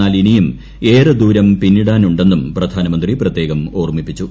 എന്നാൽ ഇനിയും ഏറെ ദൂരം പിന്നിടാൻ ഉണ്ടെന്നും പ്രധാനമന്ത്രി പ്രത്യേകം ഓർമ്മിപ്പിച്ചു